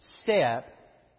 step